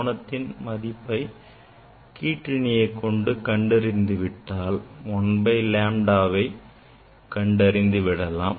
கோணத்தின் மதிப்பை கிற்றிணியை கொண்டு கண்டறிந்துவிட்டால் 1 by lambda மதிப்பை கண்டறிந்துவிடலாம்